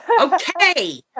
okay